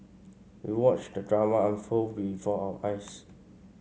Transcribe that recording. we watched the drama unfold before our eyes